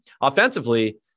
offensively